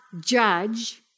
judge